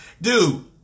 dude